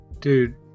Dude